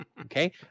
okay